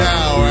Now